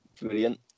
Brilliant